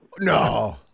No